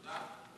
תודה.